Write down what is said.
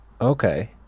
Okay